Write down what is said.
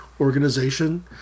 organization